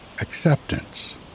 acceptance